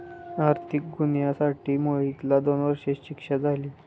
आर्थिक गुन्ह्यासाठी मोहितला दोन वर्षांची शिक्षा झाली